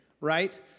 right